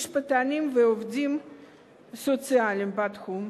משפטנים ועובדים סוציאליים בתחום,